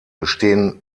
bestehen